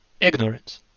Ignorance